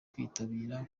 kwitabira